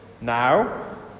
Now